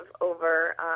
over